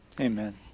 Amen